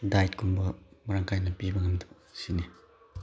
ꯗꯥꯏꯗꯀꯨꯝꯕ ꯃꯔꯥꯡ ꯀꯥꯏꯅ ꯄꯤꯕ ꯉꯝꯗꯕ ꯁꯤꯅꯤ